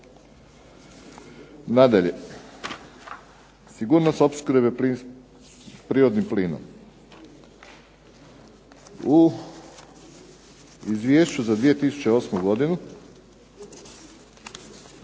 Nadalje, sigurnost opskrbe prirodnim plinom. U Izvješću za 2008. godinu